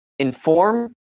Inform